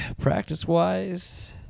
practice-wise